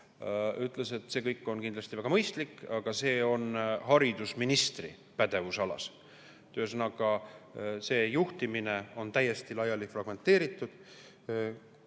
ütles, et see kõik on kindlasti väga mõistlik, aga see on haridusministri pädevusalas. Ühesõnaga, juhtimine on täiesti fragmenteeritud.